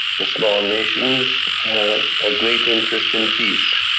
the small nations have ah great interest in peace.